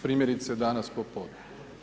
Primjerice, danas popodne.